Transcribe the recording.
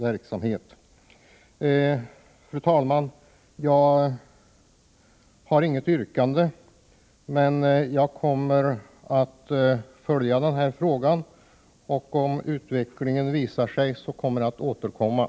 Fru talman! Jag har inget yrkande, men jag kommer att följa frågan och vid behov återkomma till den.